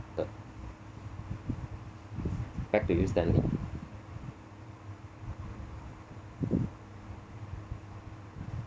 ~ter back to you stanley